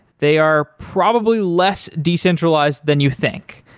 they are probably less decentralized than you think.